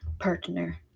partner